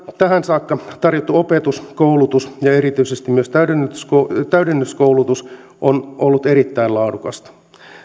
tähän saakka tarjottu opetus koulutus ja erityisesti myös täydennyskoulutus täydennyskoulutus on ollut erittäin laadukasta